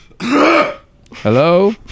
Hello